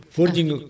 Forging